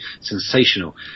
sensational